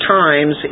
times